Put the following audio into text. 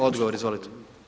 Odgovor, izvolite.